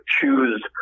choose